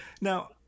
now